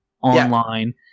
online –